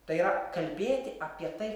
tai yra kalbėti apie tai